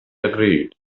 agreed